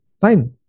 Fine